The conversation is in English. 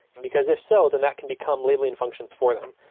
because if so, then that can become labeling functions for them.